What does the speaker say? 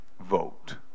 vote